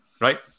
right